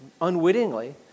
unwittingly